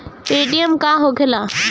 Paytm का होखेला?